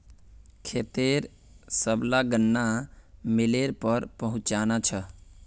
खेतेर सबला गन्ना मिलेर पर पहुंचना छ